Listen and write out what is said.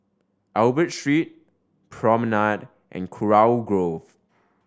Albert Street Promenade and Kurau Grove